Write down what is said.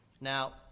Now